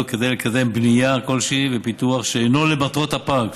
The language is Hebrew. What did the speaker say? כדי לקדם בנייה כלשהי ופיתוח שאינו למטרת הפארק,